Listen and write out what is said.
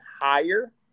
higher